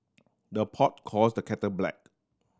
the pot calls the kettle black